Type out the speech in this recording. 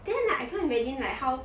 then like I cannot imagine like how